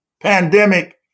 pandemic